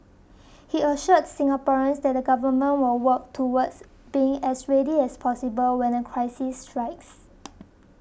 he assured Singaporeans that the government will work towards being as ready as possible when a crisis strikes